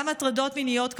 גם הטרדות מיניות,